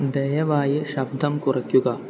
ദയവായി ശബ്ദം കുറയ്ക്കുക